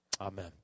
Amen